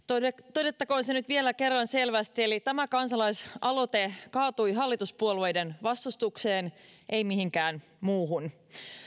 todettakoon se nyt vielä kerran selvästi eli tämä kansalaisaloite kaatui hallituspuolueiden vastustukseen ei mihinkään muuhun